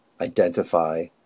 identify